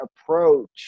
approach